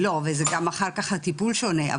לא וזה גם אחר כך הטיפול שונה,